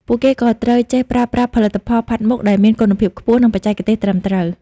ពួកគេក៏ត្រូវចេះប្រើប្រាស់ផលិតផលផាត់មុខដែលមានគុណភាពខ្ពស់ និងបច្ចេកទេសត្រឹមត្រូវ។